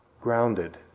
grounded